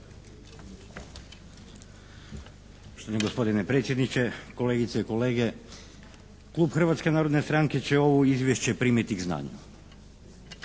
Poštovani gospodine predsjedniče, kolegice i kolege. Klub Hrvatske narodne stranke će ovo izvješće primiti k znanju